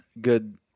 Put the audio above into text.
good